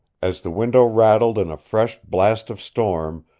as the window rattled in a fresh blast of storm,